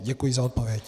Děkuji za odpověď.